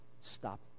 stop